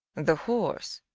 the horse,